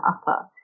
upper